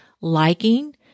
liking